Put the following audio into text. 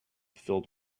filled